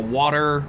water